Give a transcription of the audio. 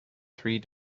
three